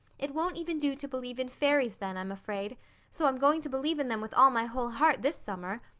it won't even do to believe in fairies then, i'm afraid so i'm going to believe in them with all my whole heart this summer.